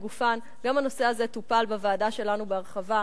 גופן גם הנושא הזה טופל בוועדה שלנו בהרחבה,